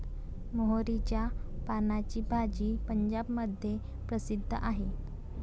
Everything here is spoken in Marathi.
मोहरीच्या पानाची भाजी पंजाबमध्ये प्रसिद्ध आहे